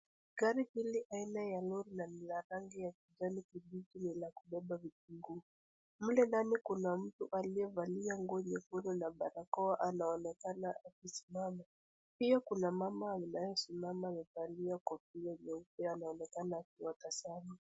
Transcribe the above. Gari mbili aina ya lori na lina rangi ya kijani kibichi ni la kubeba vitunguu. Mle ndani kuna mtu aliyevalia nguo nyekundu na barakoa anaonekana akisimama. Pia kuna mama anayesimama amevalia kofia nyeupe anaonekana akiwa tazama.